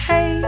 Hey